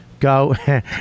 Go